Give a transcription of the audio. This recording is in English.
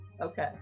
Okay